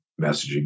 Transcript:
messaging